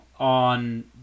on